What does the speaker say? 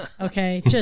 okay